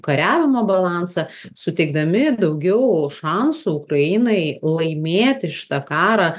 kariavimo balansą suteikdami daugiau šansų ukrainai laimėti šitą karą